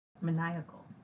Maniacal